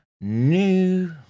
new